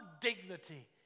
dignity